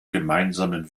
gemeinsamen